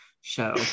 show